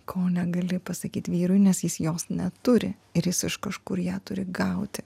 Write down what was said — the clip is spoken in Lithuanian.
ko negali pasakyt vyrui nes jis jos neturi ir jis iš kažkur ją turi gauti